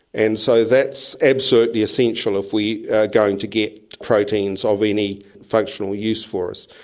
and so that's absolutely essential if we are going to get proteins of any functional use for us.